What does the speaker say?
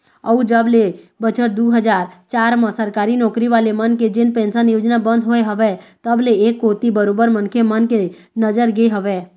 अउ जब ले बछर दू हजार चार म सरकारी नौकरी वाले मन के जेन पेंशन योजना बंद होय हवय तब ले ऐ कोती बरोबर मनखे मन के नजर गे हवय